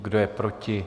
Kdo je proti?